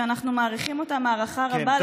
שאנחנו מעריכים אותם הערכה רבה,